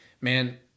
man